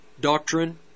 Doctrine